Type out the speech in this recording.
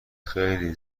خیلی